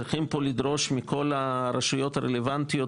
צריכים פה לדרוש מכל הרשויות הרלוונטיות,